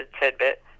tidbit